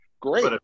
Great